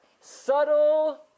subtle